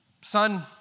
Son